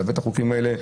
מלווה את החוקים האלה.